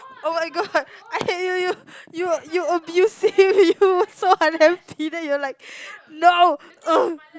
oh-my-god I hate you you you you abusive you so unhappy then you'll like no